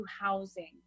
housing